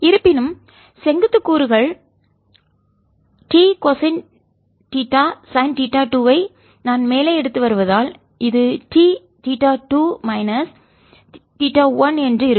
இருப்பினும் செங்குத்து கூறுகள் T cosine theta sine theta 2 ஐ நான் மேலே எடுத்து வருவதால் இது Tதீட்டா 2 மைனஸ் தீட்டா 1 என்று இருக்கும்